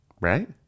Right